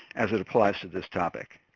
as it applies to this topic.